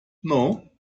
know